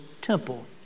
temple